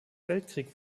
weltkrieg